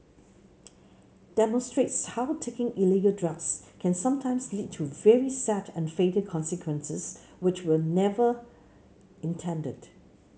demonstrates how taking illegal drugs can sometimes lead to very sad and fatal consequences which were never intended